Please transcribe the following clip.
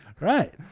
right